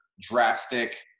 drastic